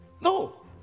No